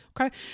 okay